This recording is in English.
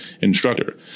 instructor